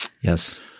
Yes